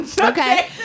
okay